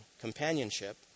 companionship